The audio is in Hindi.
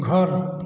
घर